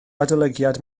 adolygiad